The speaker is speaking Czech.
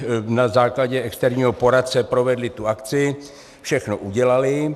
Oni na základě externího poradce provedli tu akci, všechno udělali.